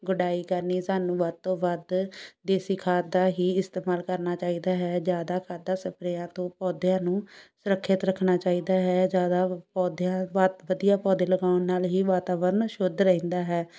ਗੁਡਾਈ ਕਰਨੀ ਸਾਨੂੰ ਵੱਧ ਤੋਂ ਵੱਧ ਦੇਸੀ ਖਾਦ ਦਾ ਹੀ ਇਸਤੇਮਾਲ ਕਰਨਾ ਚਾਹੀਦਾ ਹੈ ਜ਼ਿਆਦਾ ਖਾਦਾਂ ਸਪਰੇਹਾਂ ਤੋਂ ਪੌਦਿਆਂ ਨੂੰ ਸੁਰੱਖਿਅਤ ਰੱਖਣਾ ਚਾਹੀਦਾ ਹੈ ਜ਼ਿਆਦਾ ਪੌਦਿਆਂ ਵਧ ਵਧੀਆ ਪੌਦੇ ਲਗਾਉਣ ਨਾਲ ਹੀ ਵਾਤਾਵਰਨ ਸ਼ੁੱਧ ਰਹਿੰਦਾ ਹੈ